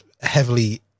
heavily